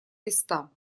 листа